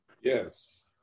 Yes